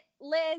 Liz